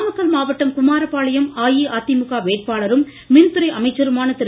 நாமக்கல் மாவட்டம் குமாரபாளையம் அஇஅதிமுக வேட்பாளரும் மின் துறை அமைச்சருமான திரு